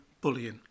bullying